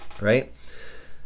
right